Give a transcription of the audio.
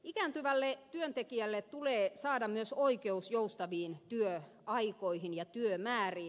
ikääntyvälle työntekijälle tulee saada myös oikeus joustaviin työaikoihin ja työmääriin